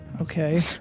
Okay